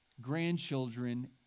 grandchildren